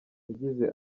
yagize